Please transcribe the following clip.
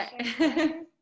okay